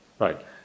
Right